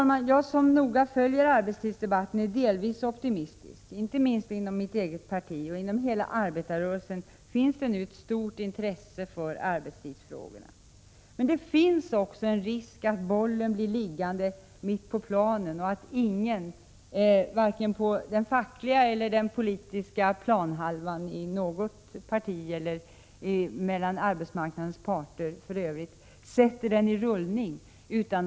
Jag som noga följer arbetstidsdebatten är delvis optimistisk. Inte bara inom mitt eget parti utom inom hela arbetarrörelsen finns nu ett stort intresse för arbetstidsfrågorna. Men det finns också en risk för att bollen blir liggande mitt på planen och att ingen från vare sig den fackliga eller politiska planhalvan i något parti eller från arbetsmarknadens parter sätter bollen i rullning.